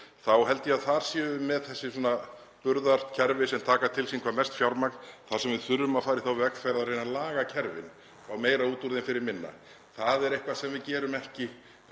þá held ég að þar séum við með þessi burðarkerfi sem taka til sín hvað mesta fjármagn þar sem við þurfum að fara í þá vegferð að reyna að laga kerfin, fá meira út úr þeim fyrir minna. Það er eitthvað sem við gerum ekki